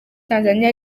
tanzania